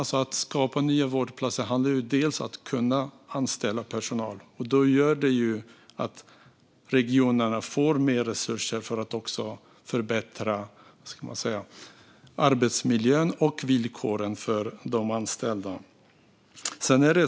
Att skapa nya vårdplatser handlar delvis om att kunna anställa personal. Våra satsningar gör att regionerna får mer resurser för att förbättra arbetsmiljön och villkoren för de anställda.